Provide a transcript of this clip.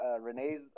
Renee's